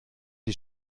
die